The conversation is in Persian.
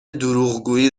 دروغگویی